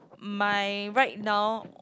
my right now